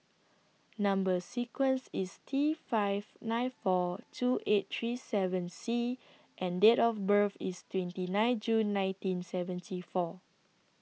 Number sequence IS T five nine four two eight three seven C and Date of birth IS twenty nine June nineteen seventy four